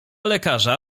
lekarza